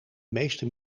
meeste